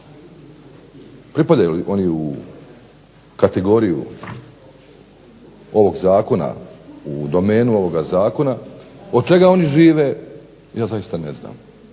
Pripadaju li oni u kategoriju ovog zakona u domenu ovog zakona? Od čega oni žive? Ja zaista ne znam.